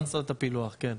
צריך לעשות את הפילוח, כן.